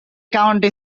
county